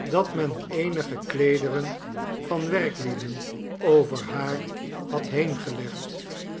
dat men eenige kleederen van werklieden over haar had